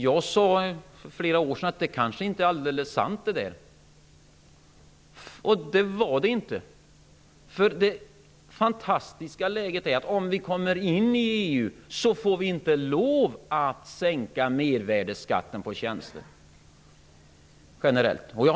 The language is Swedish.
Jag sade för flera år sedan att detta kanske inte är alldeles sant, och det var det inte heller. Det fantastiska läget är att vi, om vi kommer med i EU, inte får lov att sänka mervärdesskatten på tjänster generellt. Herr talman!